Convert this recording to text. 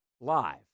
live